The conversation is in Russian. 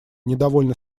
недовольно